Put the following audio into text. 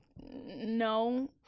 no